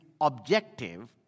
objective